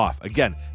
Again